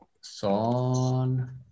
son